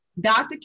Dr